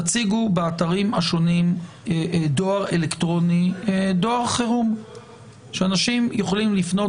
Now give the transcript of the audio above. תציגו באתרים השונים דואר חירום שאנשים יכולים לפנות